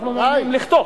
אנחנו מעוניינים לחתוך.